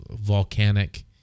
volcanic